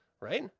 right